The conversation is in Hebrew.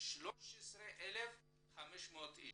בכ-13500 איש.